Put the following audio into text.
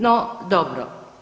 No, dobro.